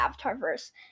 Avatarverse